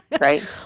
right